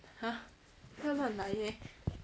!huh! 不要乱来 eh